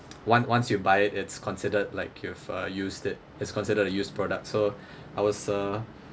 one~ once you buy it it's considered like you've uh used it it's considered a used product so I was uh